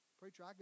preacher